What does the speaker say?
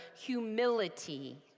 humility